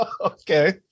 okay